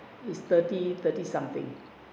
is thirty thirty something